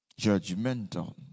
judgmental